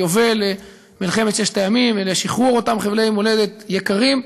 היובל למלחמת ששת הימים ולשחרור אותם חבלי מולדת יקרים,